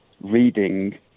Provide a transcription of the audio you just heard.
reading